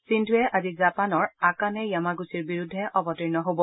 সিন্ধুৱে আজি জাপানৰ আকানে য়ামগুচীৰ বিৰুদ্ধে অৱতীৰ্ণ হ'ব